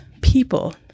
people